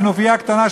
כנופיה קטנה,